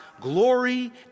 glory